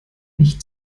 nicht